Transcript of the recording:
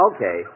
Okay